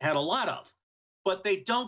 had a lot of but they don't